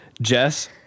Jess